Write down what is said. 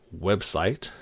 website